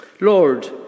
Lord